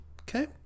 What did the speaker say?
Okay